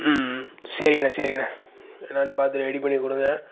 ம் சரிங்ண்ண சரிங்கண்ண என்னனு பார்த்துட்டு ரெடி பண்ணி கொடுங்க